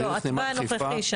לא, התוואי הנוכחי.